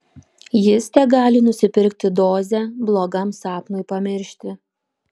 jis tegali nusipirkti dozę blogam sapnui pamiršti